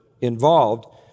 involved